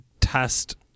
test